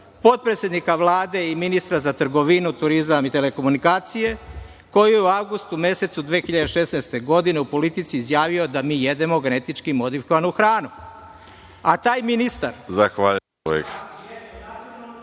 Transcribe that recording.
potpredsednika Vlade i ministra za trgovinu, turizam i telekomunikacije, koji je u avgustu mesecu 2016. godine, u "Politici" izjavio da mi jedemo genetički modifikovanu hranu. A taj ministar…